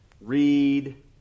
read